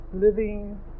living